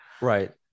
Right